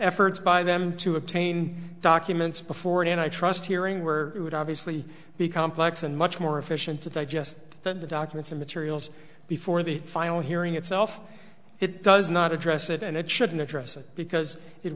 efforts by them to obtain documents before it and i trust hearing where it would obviously be complex and much more efficient to digest the documents and materials before the final hearing itself it does not address it and it shouldn't address it because it